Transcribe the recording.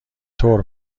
طور